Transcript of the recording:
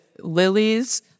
lilies